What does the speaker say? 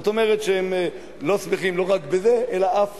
זאת אומרת שהם שמחים לא רק בזה אלא אף